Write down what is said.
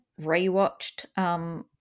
rewatched